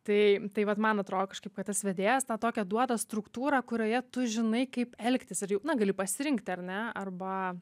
tai tai vat man atrodo kažkaip kad tas vedėjas tą tokią duoda struktūrą kurioje tu žinai kaip elgtis ir jau na gali pasirinkti ar ne arba